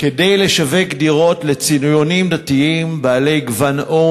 כדי לשווק דירות לציונים דתיים בעלי גוון עור